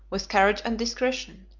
with courage and discretion,